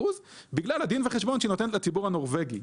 בגלל הדין וחשבון שהיא נותנת לציבור הנורבגי,